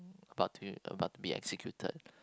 about to b~ about to be executed